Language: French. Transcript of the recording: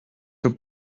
que